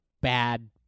bad